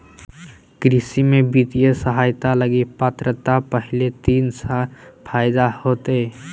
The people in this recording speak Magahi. कृषि में वित्तीय सहायता लगी पात्रता पहले तीन साल फ़ायदा होतो